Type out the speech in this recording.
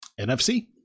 NFC